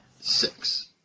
six